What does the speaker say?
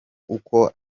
uko